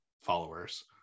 followers